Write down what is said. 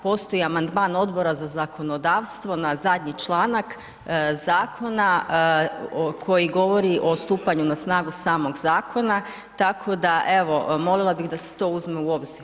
Postoji amandman Odbora za zakonodavstvo na zadnji članak zakona koji govori o stupanju na snagu samog zakona, tako da, evo, molila bih da se to uzme u obzir.